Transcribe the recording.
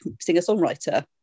singer-songwriter